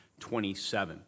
27